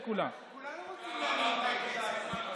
שלהם, כל העולם היה קופץ עליו.